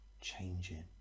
changing